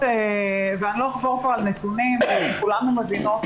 אני לא אחזור פה על נתונים כי כולנו מבינות